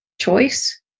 choice